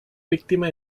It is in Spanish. víctima